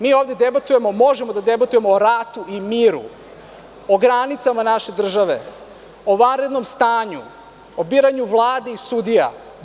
Mi ovde možemo da debatujemo o ratu i miru, o granicama naše države, o vanrednom stanju, o biranju vlade i sudija.